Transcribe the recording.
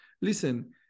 listen